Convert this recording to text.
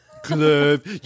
club